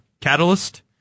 Catalyst